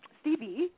Stevie